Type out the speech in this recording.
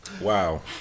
Wow